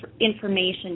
information